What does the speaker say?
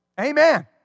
Amen